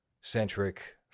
centric